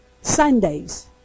Sundays